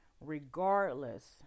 regardless